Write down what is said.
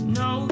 no